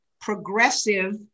progressive